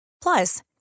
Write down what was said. Plus